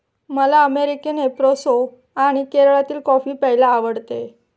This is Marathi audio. मला अमेरिकन एस्प्रेसो आणि केरळातील कॉफी प्यायला आवडते